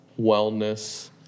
wellness